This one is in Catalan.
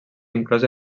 inclòs